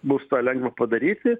bus tą lengva padaryti